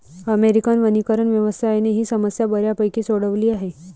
American वनीकरण व्यवसायाने ही समस्या बऱ्यापैकी सोडवली आहे